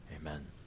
Amen